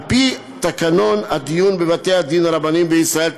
על-פי תקנון הדיון בבתי-הדין הרבניים בישראל,